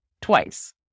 twice